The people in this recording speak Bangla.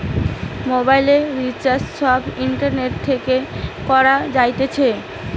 মোবাইলের রিচার্জ সব ইন্টারনেট থেকে করা যাইতেছে